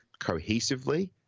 cohesively